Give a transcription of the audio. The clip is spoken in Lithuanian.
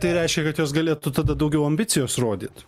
tai reiškia kad jos galėtų tada daugiau ambicijos rodyt